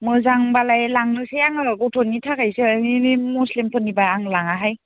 मोजांबालाय लांनोसै आङो गथ'नि थाखायसो नोंनि मुस्लिमफोरनिबा आं लाङाहाय